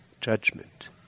judgment